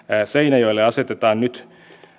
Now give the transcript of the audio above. seinäjoelle asetetaan nyt